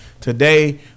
Today